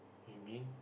you mean